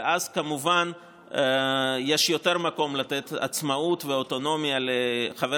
ואז כמובן יש יותר מקום לתת עצמאות ואוטונומיה לחבר